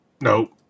Nope